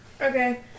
Okay